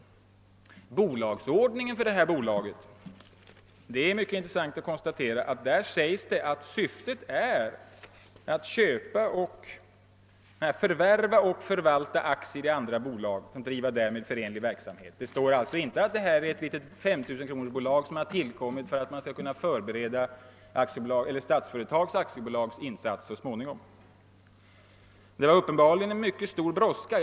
I bolagsordningen för bolaget sägs det — det är mycket intressant att konstatera — att syftet är att förvärva och förvalta aktier i andra bolag och driva därmed förenlig verksamhet. Det står alltså inte att det är fråga om ett litet 5 000 kronorsbolag som har tillkommit för att man skall kunna förbereda Statsföretag AB:s insatser så småningom. Det var uppenbarligen också mycket stor brådska.